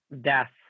Death